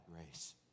grace